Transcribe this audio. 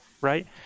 right